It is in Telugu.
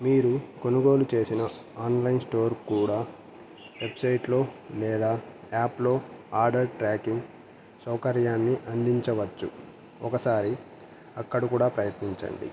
మీరు కొనుగోలు చేసిన ఆన్లైన్ స్టోర్ కూడా వెబ్సైట్లో లేదా యాప్లో ఆర్డర్ ట్రాకింగ్ సౌకర్యాన్ని అందించవచ్చు ఒకసారి అక్కడ కూడా ప్రయత్నించండి